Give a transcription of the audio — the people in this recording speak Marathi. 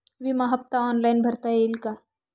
विमा हफ्ता ऑनलाईन भरता येईल का?